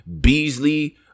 Beasley